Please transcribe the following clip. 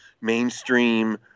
mainstream